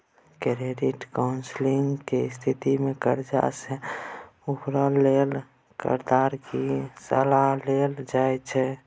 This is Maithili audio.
क्रेडिट काउंसलिंग के स्थिति में कर्जा से उबरय लेल कर्जदार के सलाह देल जाइ छइ